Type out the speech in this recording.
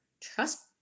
trust